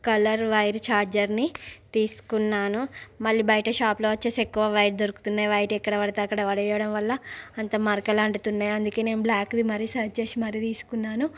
colour wire ఛార్జర్ని తీసుకున్నాను మళ్ళీ బయట షాప్లో వచ్చేసి ఎక్కువ వైట్ దొరుకుతున్నాయి వైట్ ఎక్కడపడితే అక్కడ పడెయ్యడం వల్ల అంతా మరకలు అంటుతున్నాయి అందుకే నేను బ్లాక్ది మరీ సర్చ్ చేసి మరీ తీసుకున్నాను